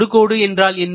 தொடுகோடு என்றால் என்ன